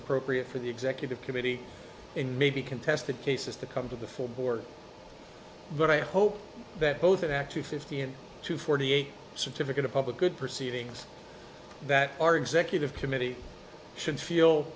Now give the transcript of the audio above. appropriate for the executive committee in may be contested cases to come to the full board but i hope that both of that two fifteen to forty eight certificate of public good proceedings that our executive committee should feel